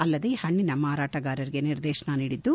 ಅಲ್ಲದೆ ಹಣ್ಣಿನ ಮಾರಾಟಗಾರರಿಗೆ ನಿದೇರ್ಶನ ನೀಡಿದ್ದು